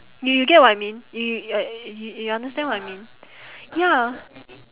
you you get what I mean you uh you understand what I mean ya